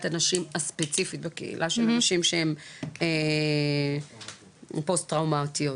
הנשים הספציפית בקהילה של הנשים שהן פוסט טראומטיות.